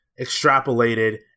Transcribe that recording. extrapolated